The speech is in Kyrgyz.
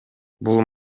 бул